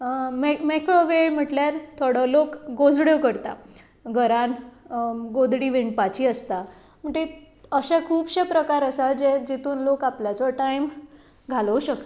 मेकळो वेळ म्हणल्यार थोडो लोक गोडड्यो करता घरांत गोडडी विणपाची आसता असे खुबशे प्रकार आसात जितून लोक आपल्याचो टायम घालोवंक शकता